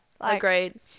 Agreed